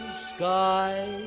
sky